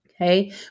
Okay